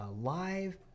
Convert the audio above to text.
live